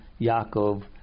Yaakov